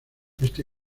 este